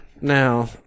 Now